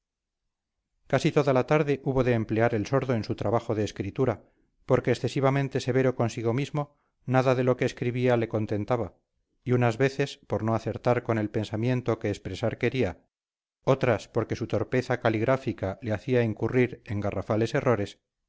casi toda la tarde hubo de emplear el sordo en su trabajo de escritura porque excesivamente severo consigo mismo nada de lo que escribía le contentaba y unas veces por no acertar con el pensamiento que expresar quería otras porque su torpeza caligráfica le hacía incurrir en garrafales errores